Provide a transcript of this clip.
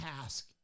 task